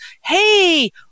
hey